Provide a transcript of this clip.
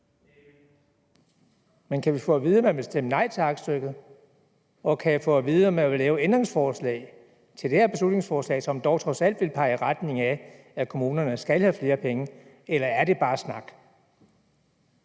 Men kan vi få at vide, om man vil stemme nej til aktstykket? Og kan jeg få at vide, om man vil stille et ændringsforslag til det her beslutningsforslag, som dog trods alt vil pege i retning af, at kommunerne skal have flere penge? Eller er det bare snak?